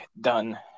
done